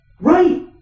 Right